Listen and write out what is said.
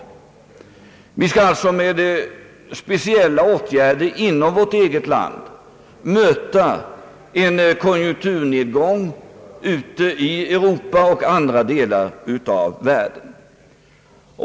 Vi skall alltså med speciella åtgärder inom vårt eget land möta en konjunkturnedgång i Europa och andra delar av världen.